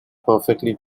perfectly